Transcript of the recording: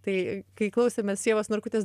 tai kai klausėmės ievos narkutės